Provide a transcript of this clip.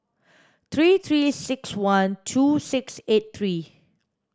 three three six one two six eight three